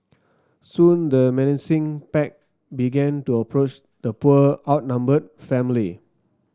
soon the menacing pack began to approach the poor outnumbered family